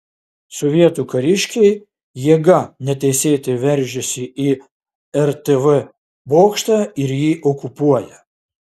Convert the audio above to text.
sovietų kariškiai jėga neteisėtai veržiasi į rtv bokštą ir jį okupuoja